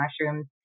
mushrooms